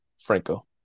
Franco